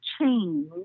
change